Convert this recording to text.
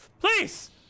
please